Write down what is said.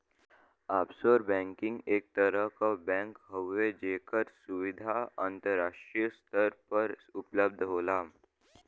offshore banking एक तरह क बैंक हउवे जेकर सुविधा अंतराष्ट्रीय स्तर पर उपलब्ध होला